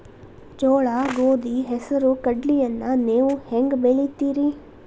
ಜೋಳ, ಗೋಧಿ, ಹೆಸರು, ಕಡ್ಲಿಯನ್ನ ನೇವು ಹೆಂಗ್ ಬೆಳಿತಿರಿ?